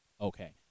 Okay